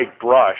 brush